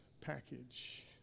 package